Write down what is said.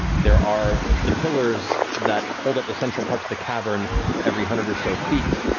there are the pillars that hold up the central parts of the cavern every hundred or so feet.